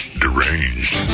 deranged